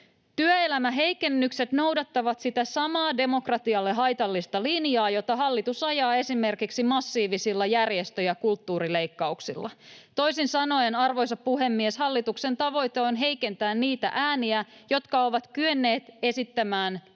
Työelämäheikennykset noudattavat sitä samaa demokratialle haitallista linjaa, jota hallitus ajaa esimerkiksi massiivisilla järjestö- ja kulttuurileikkauksilla. Toisin sanoen, arvoisa puhemies, hallituksen tavoite on heikentää niitä ääniä, jotka ovat kyenneet esittämään tehokasta